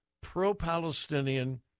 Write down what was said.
pro-Palestinian